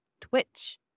twitch